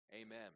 amen